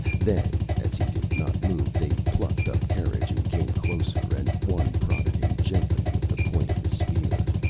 then, as he did not move, they plucked up courage and came closer, and one prodded him gently with the point of his spear.